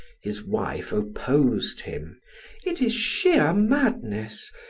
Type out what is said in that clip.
his wife opposed him it is sheer madness!